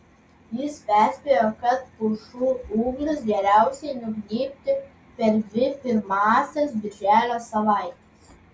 jis perspėjo kad pušų ūglius geriausiai nugnybti per dvi pirmąsias birželio savaites